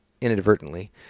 inadvertently